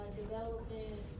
development